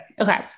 okay